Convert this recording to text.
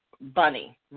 Bunny